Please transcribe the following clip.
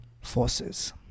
forces